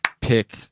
pick